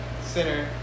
center